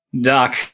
Doc